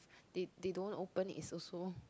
they they don't open it is also